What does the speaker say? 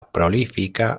prolífica